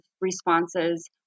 responses